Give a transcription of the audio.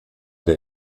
der